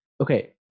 Okay